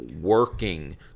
working